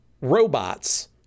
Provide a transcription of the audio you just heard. robots